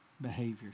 behaviors